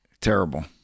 Terrible